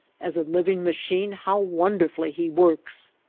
as a living machine how wonderfully he works!